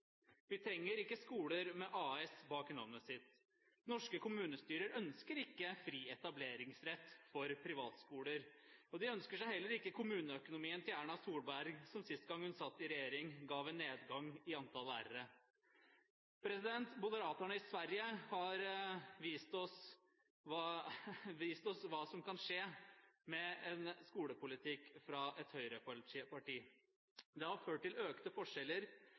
Vi trenger ikke skoler med AS bak navnet sitt. Norske kommunestyrer ønsker ikke fri etableringsrett for privatskoler. De ønsker seg heller ikke kommuneøkonomien til Erna Solberg, som sist gang hun satt i regjering, ga en nedgang i antall lærere. Moderaterna i Sverige har vist oss hva som kan skje med en skolepolitikk fra et høyreparti. Det har ført til økte forskjeller,